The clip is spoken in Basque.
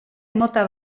mota